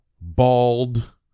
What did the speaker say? bald